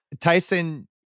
Tyson